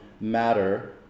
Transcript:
matter